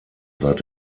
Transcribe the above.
seit